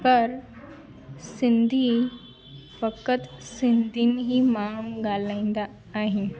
पर सिंधी फ़क़ति सिंध हिंदी माण्हूं ॻाल्हाईंदा आहिनि